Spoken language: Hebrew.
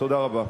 תודה רבה.